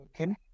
Okay